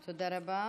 תודה רבה.